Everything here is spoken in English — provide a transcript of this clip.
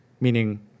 meaning